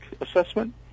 assessment